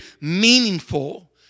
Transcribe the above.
meaningful